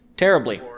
terribly